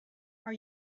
are